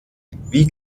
wie